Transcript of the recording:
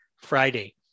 Friday